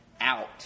out